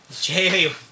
Jamie